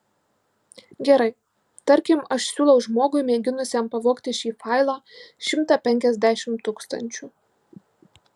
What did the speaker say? gerai tarkim aš siūlau žmogui mėginusiam pavogti šį failą šimtą penkiasdešimt tūkstančių